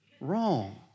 Wrong